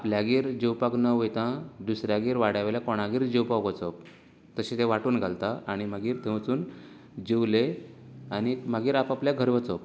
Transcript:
आपल्यागेर जोवपाक न वयता दुसऱ्यागेर वाड्यावयल्या कोणागेरूय जोवपाक वचप तशें ते वांटून घालता आनी मागीर थंय वचून जोवले आणी मागीर आप आपल्या घरां वचप